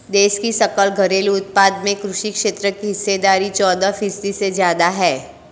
देश की सकल घरेलू उत्पाद में कृषि क्षेत्र की हिस्सेदारी चौदह फीसदी से ज्यादा है